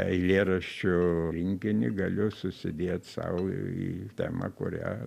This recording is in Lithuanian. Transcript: eilėraščių rinkinį galiu susidėt sau į temą kurią